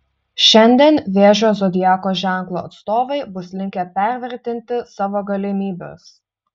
šiandien vėžio zodiako ženklo atstovai bus linkę pervertinti savo galimybes